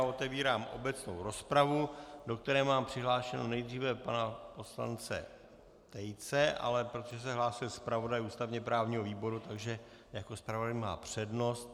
Otevírám obecnou rozpravu, do které mám přihlášeného nejdříve pana poslance Tejce, ale protože se hlásil zpravodaj ústavněprávního výboru, jako zpravodaj má přednost.